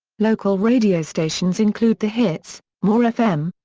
local radio stations include the hits, more fm,